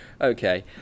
Okay